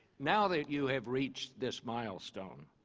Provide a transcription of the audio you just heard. now that you have reached this milestone,